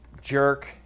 jerk